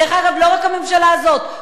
דרך אגב, לא רק הממשלה הזאת.